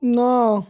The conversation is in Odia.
ନଅ